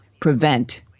prevent